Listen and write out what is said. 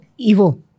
Evo